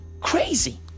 Crazy